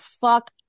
fuck